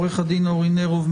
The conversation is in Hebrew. עורך הדין אורי נרוב,